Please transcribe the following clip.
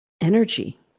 energy